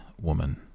Woman